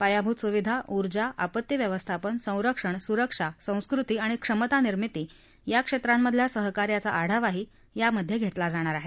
पायाभूत सुविधा ऊर्जा आपत्ती व्यवस्थापन संरक्षण सुरक्षा संस्कृती आणि क्षमतानिर्मिती या क्षेत्रांमधल्या सहकार्याचा आढावाही घेतला जाईल